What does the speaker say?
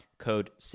code